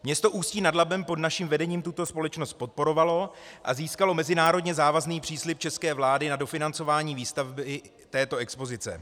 Město Ústí nad Labem pod naším vedením tuto společnost podporovalo a získalo mezinárodně závazný příslib české vlády na dofinancování výstavby této expozice.